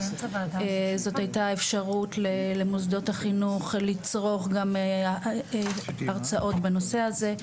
זאת הייתה אפשרות למוסדות החינוך לצרוך גם הרצאות בנושא הזה.